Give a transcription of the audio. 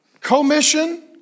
Commission